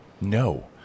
No